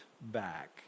back